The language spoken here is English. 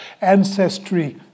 Ancestry